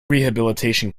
rehabilitation